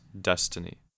Destiny